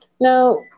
Now